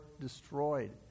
destroyed